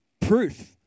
proof